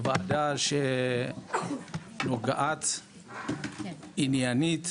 שזו ועדה שנוגעת עניינית